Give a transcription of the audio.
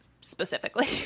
specifically